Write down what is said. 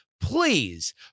Please